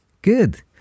Good